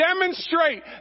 demonstrate